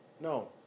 No